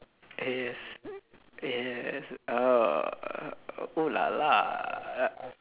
yes yes err ooh la la